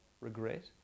regret